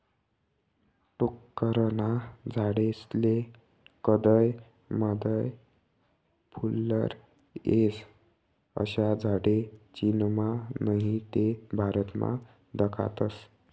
टोक्करना झाडेस्ले कदय मदय फुल्लर येस, अशा झाडे चीनमा नही ते भारतमा दखातस